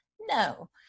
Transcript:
No